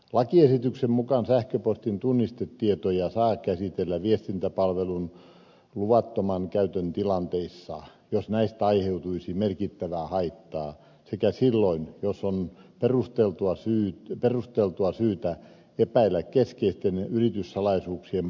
lakiesityksen mukaan sähköpostin tunnistetietoja saa käsitellä viestintäpalvelun luvattoman käytön tilanteissa jos näistä aiheutuisi merkittävää haittaa sekä silloin jos on perusteltua syytä epäillä keskeisten yrityssalaisuuksien paljastumista